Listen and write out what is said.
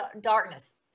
darkness